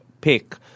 pick